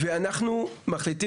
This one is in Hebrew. ואנחנו כרגע,